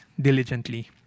diligently